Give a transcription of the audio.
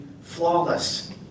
flawless